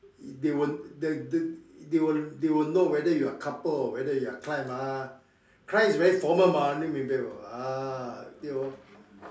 they will they they they will know whether you are couple or you are client mah client is very formal mah ah tio bo